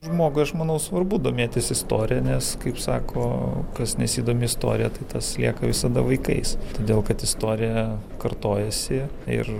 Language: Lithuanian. žmogui aš manau svarbu domėtis istorija nes kaip sako kas nesidomi istorija tai tas lieka visada vaikais todėl kad istorija kartojasi ir